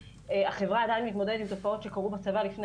החברה עדיין מתמודדת עם תופעות שקרו בצבא לפני